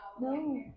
No